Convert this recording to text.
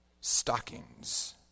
Stockings